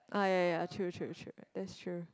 ah ya ya ya true true true it's true